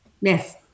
Yes